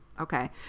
Okay